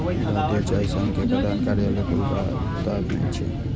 भारतीय चाय संघ के प्रधान कार्यालय कोलकाता मे छै